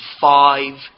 five